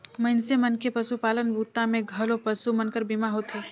मइनसे मन के पसुपालन बूता मे घलो पसु मन कर बीमा होथे